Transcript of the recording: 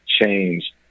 change